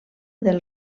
del